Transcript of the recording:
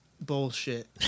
bullshit